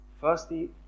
firstly